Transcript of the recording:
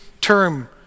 term